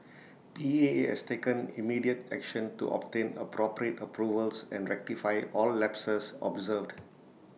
P A has taken immediate action to obtain appropriate approvals and rectify all lapses observed